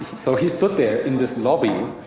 so he stood there in this lobby.